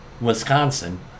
Wisconsin